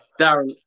Darren